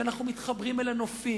שאנחנו מתחברים לנופים.